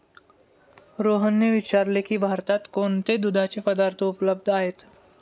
रोहनने विचारले की भारतात कोणते दुधाचे पदार्थ उपलब्ध आहेत?